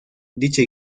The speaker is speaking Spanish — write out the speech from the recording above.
dicha